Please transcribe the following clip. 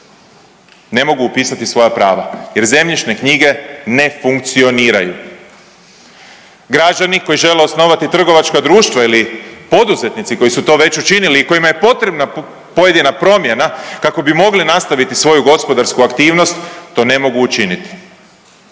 ne mogu upisati svoja prava jer zemljišne knjige ne funkcioniraju. Građani koji žele osnovati trgovačka društva ili poduzetnici koji su to već učinili i kojima je potrebna pojedina promjena kako bi mogli nastaviti svoju gospodarsku aktivnost to ne mogu učiniti.